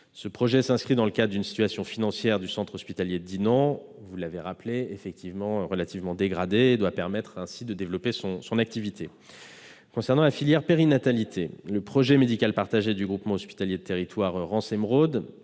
Ce projet s'inscrit dans le cadre d'une situation financière du Centre hospitalier de Dinan effectivement dégradée, vous l'avez rappelé, et doit permettre de développer son activité. Concernant la filière périnatalité, le projet médical partagé du Groupement hospitalier de territoire Rance Émeraude,